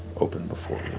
open before